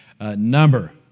number